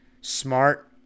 Smart